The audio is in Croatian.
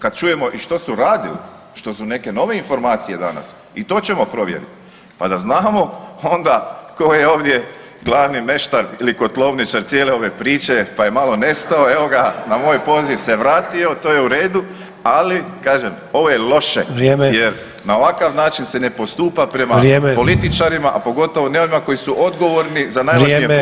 Kad čujemo i što su radili, što su neke nove informacije danas i to ćemo provjeriti pa da znamo onda tko je ovdje glavni meštar ili kotlovničar cijele ove priče, pa je malo nestao, evo ga na moj poziv se vratio to je u redu, ali kažem ovo je loše [[Upadica: Vrijeme]] jer na ovakav način se ne postupa prema [[Upadica: Vrijeme]] političarima, a pogotovo ne onima koji su odgovorni [[Upadica: Vrijeme]] za najvažnije funkcije u državi.